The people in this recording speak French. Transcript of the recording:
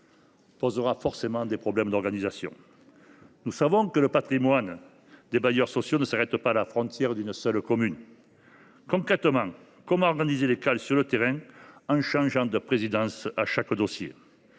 posera nécessairement des problèmes d’organisation. Nous savons que le patrimoine des bailleurs sociaux ne s’arrête pas à la frontière d’une seule commune. Concrètement, comment s’organiseraient les Caleol sur le terrain, en changeant de présidence pour chaque dossier ?